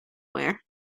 wear